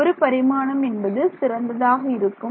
ஒரு பரிமாணம் என்பது சிறந்ததாக இருக்கும்